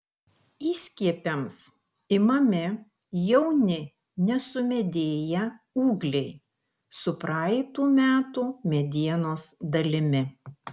įskiepiams imami jauni nesumedėję ūgliai su praeitų metų medienos dalimi